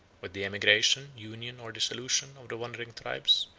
with the emigration, union, or dissolution, of the wandering tribes,